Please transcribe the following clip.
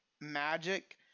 magic